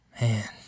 Man